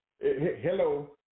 Hello